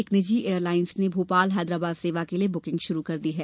एक निजी एयरलाइंस ने भोपाल हैदराबाद सेवा के लिए बुकिंग की शुरूआत कर दी है